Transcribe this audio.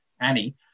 Annie